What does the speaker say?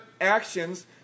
actions